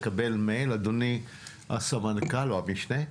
לקבל מייל אדוני הסמנכ"ל או המשנה,